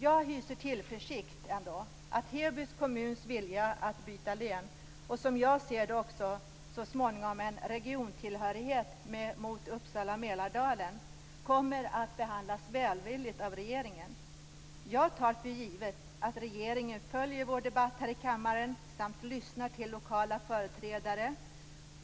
Jag hyser ändå tillförsikt att Heby kommuns vilja att byta län kommer att behandlas välvilligt av regeringen. Som jag ser det gäller det också så småningom en regiontillhörighet till Uppsala-Mälardalen. Jag tar för givet att regeringen följer vår debatt här i kammaren samt lyssnar till lokala företrädare.